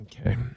Okay